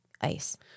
ice